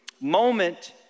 Moment